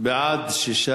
ועדה.